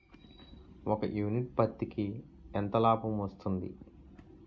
ఒక యూనిట్ పత్తికి ఎంత లాభం వస్తుంది?